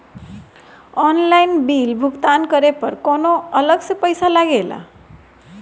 Online bill भुगतान करे पर कौनो अलग से पईसा लगेला?